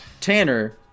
Tanner